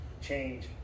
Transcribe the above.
change